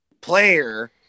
player